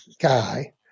guy